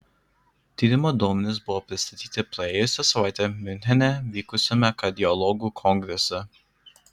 tyrimo duomenys buvo pristatyti praėjusią savaitę miunchene vykusiame kardiologų kongrese